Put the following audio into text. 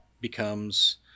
becomes